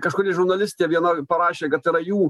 kažkuri žurnalistė viena parašė kad yra jų